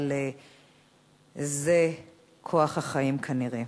אבל זה כוח החיים כנראה.